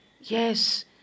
Yes